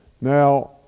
Now